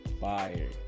fire